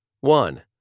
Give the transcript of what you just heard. one